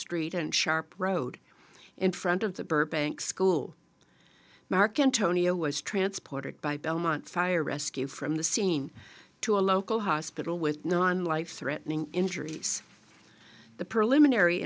street and sharp road in front of the burbank school marcantonio was transported by belmont fire rescue from the scene to a local hospital with non life threatening injuries the preliminary